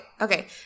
Okay